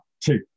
two